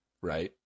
right